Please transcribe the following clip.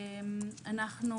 אנחנו